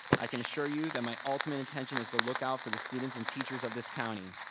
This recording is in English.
i can assure you that my ultimate intention is to lookout for the students and teachers of this county.